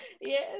Yes